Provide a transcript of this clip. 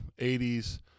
80s